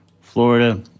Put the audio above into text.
Florida